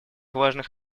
важных